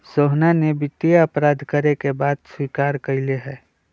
सोहना ने वित्तीय अपराध करे के बात स्वीकार्य कइले है